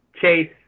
Chase